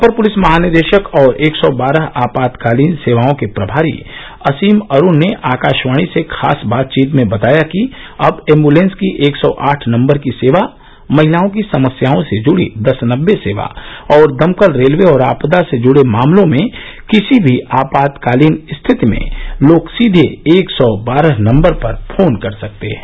अपर पुलिस महानिदेशक और एक सौ बारह आपातकालीन सेवाओं के प्रमारी असीम अरुण ने आकाशवाणी से खास बातचीत में बताया कि अब एंब्लेंस की एक सौ आठ नंबर की सेवा महिलाओं की समस्याओं से जुड़ी दस नब्बे सेवा और दमकल रेलवे और आपदा से जुड़े मामलों में किर्सी भी आपातकालीन स्थिति में लोग सीधे एक सौ बारह नम्बर पर फोन कर सकते हैं